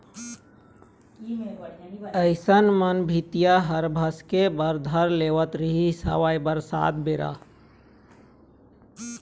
अइसन म भीतिया ह भसके बर धर लेवत रिहिस हवय बरसात बेरा